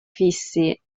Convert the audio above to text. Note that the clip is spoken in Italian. fissi